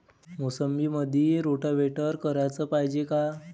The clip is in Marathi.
मोसंबीमंदी रोटावेटर कराच पायजे का?